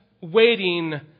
waiting